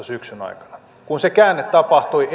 syksyn kaksituhattaviisitoista aikana kun se käänne tapahtui